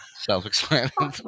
self-explanatory